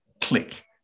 click